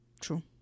True